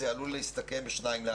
זה עלול להסתכן בשניים לאחור.